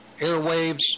airwaves